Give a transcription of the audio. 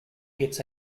gets